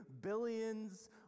billions